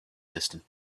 distant